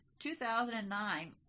2009